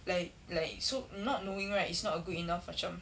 like like so not knowing right is not a good enough macam